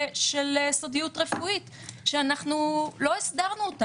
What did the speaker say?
ברגע שאנחנו מעבירים דנ"א יש כאן עניינים של סודיות רפואית שלא הסדרנו.